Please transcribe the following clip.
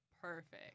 perfect